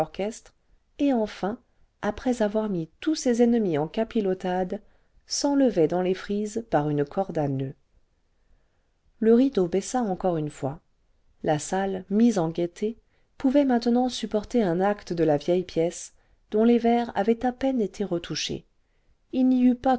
et enfin après avoir mis tous ses ennemis en capilotade s'enlevait dans les frises par une corde à noeuds le vingtième siècle le rideau baissa encore une fois la salle mise en gaieté pouvait maintenant supporter un acte de la vieille pièce dont les vers avaient à peine été retouchés h n'y